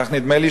כך נדמה לי,